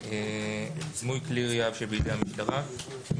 "דמוי כלי ירייה שבידי המשטרה": הוספת סעיף 14ה 17א. אחרי סעיף